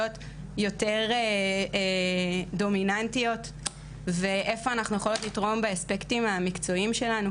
יותר דומיננטיות ואיפה אנחנו יכולות לתרום באספקטים המקצועיים שלנו.